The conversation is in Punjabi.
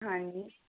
ਹਾਂਜੀ